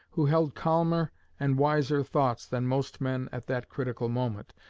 who held calmer and wiser thoughts than most men at that critical moment,